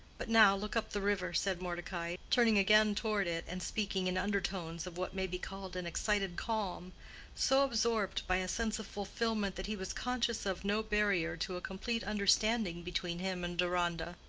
but now look up the river, said mordecai, turning again toward it and speaking in undertones of what may be called an excited calm so absorbed by a sense of fulfillment that he was conscious of no barrier to a complete understanding between him and deronda.